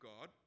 God